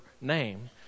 name